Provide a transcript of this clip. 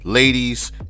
ladies